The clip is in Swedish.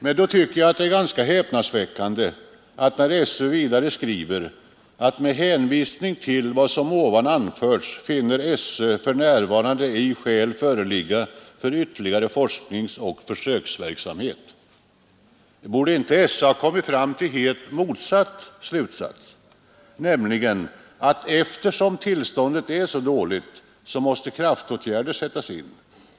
Men då tycker jag det är ganska häpnadsväckande, när SÖ sedan skriver: ”Med hänvisning till vad som ovan anförts finner SÖ för närvarande ej skäl föreligga för ytterligare forskningsoch försöksverksamhet.” Borde inte SÖ ha kommit fram till en helt motsatt slutsats, nämligen att eftersom tillståndet är så dåligt, måste kraftåtgärder sättas in?